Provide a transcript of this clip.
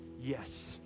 yes